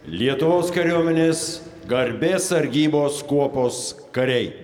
lietuvos kariuomenės garbės sargybos kuopos kariai